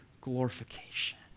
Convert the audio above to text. glorification